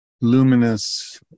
luminous